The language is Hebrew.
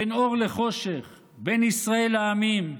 בין אור לחושך, בין ישראל לעמים,